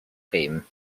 him